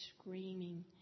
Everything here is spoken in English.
screaming